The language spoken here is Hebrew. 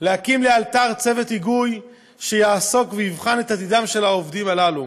להקים לאלתר צוות היגוי שיעסוק ויבחן את עתידם של העובדים הללו,